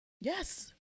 yes